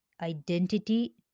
identity